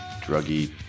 druggy